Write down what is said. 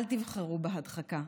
אל תבחרו בהדחקה.